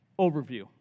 overview